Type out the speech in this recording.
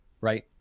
right